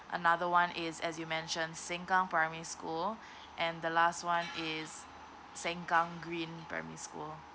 another one is as you mentioned sengkang primary school and the last one is sengkang green primary school